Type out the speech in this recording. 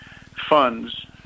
funds